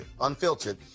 unfiltered